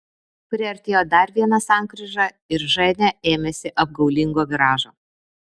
priartėjo dar viena sankryža ir ženia ėmėsi apgaulingo viražo